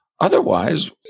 otherwise